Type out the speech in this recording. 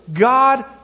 God